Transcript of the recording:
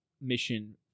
mission